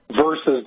versus